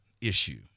issue